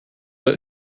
but